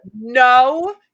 no